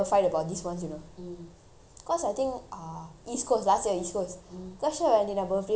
cause I think ah east coast last year east coast quite sure I in a birthday or something lah that happened at east coast